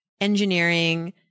engineering